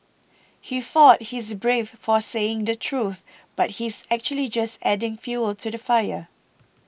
he thought he is brave for saying the truth but he's actually just adding fuel to the fire